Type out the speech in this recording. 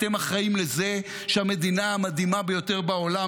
אתם אחראים לזה שהמדינה המדהימה ביותר בעולם,